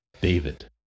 David